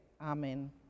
amen